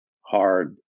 hard